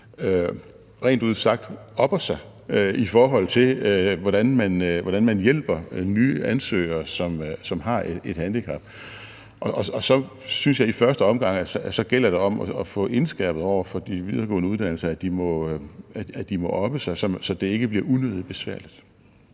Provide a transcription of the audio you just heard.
rent ud sagt opper sig, i forhold til hvordan man hjælper nye ansøgere, som har et handicap. Så jeg synes, at det i første omgang gælder om at få indskærpet over for de videregående uddannelsesinstitutioner, at de må oppe sig, så det ikke bliver unødig besværligt.